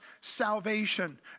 salvation